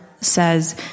says